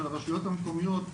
של הרשויות המקומיות,